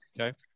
Okay